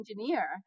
engineer